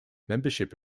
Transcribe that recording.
membership